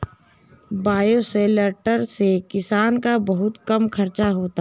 bioshelter से किसान का बहुत कम खर्चा होता है